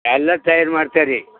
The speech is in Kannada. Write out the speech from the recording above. ಎಲ್ಲ ತಯಾರು ಮಾಡ್ತೇವೆ ರೀ